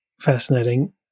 fascinating